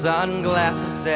Sunglasses